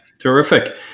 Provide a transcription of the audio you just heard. terrific